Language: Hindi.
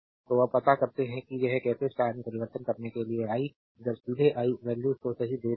तो अब पता कर सकते है कि यह कैसे स्टार में परिवर्तित करने के लिए आई अब सीधे आई वैल्यूज को सही दे देंगे